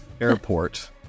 Airport